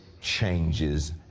changes